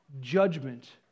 judgment